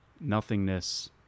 nothingness